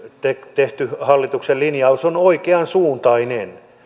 tehty hallituksen linjaus on oikeansuuntainen